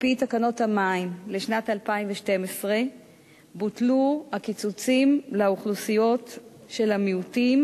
על-פי תקנות המים לשנת 2012 בוטלו הקיצוצים לאוכלוסיות של המיעוטים,